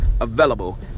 available